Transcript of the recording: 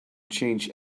change